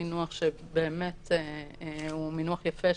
מינוח שהוא באמת מינוח יפה,